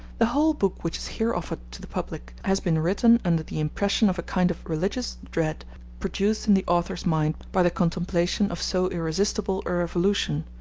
the whole book which is here offered to the public has been written under the impression of a kind of religious dread produced in the author's mind by the contemplation of so irresistible a revolution,